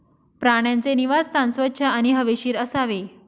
प्राण्यांचे निवासस्थान स्वच्छ आणि हवेशीर असावे